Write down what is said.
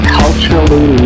culturally